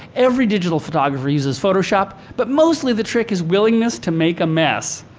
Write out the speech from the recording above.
every digital photographer uses photoshop, but mostly the trick is willingness to make a mess.